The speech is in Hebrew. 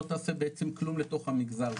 לא תעשה בעצם כלום לתוך המגזר,